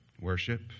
worship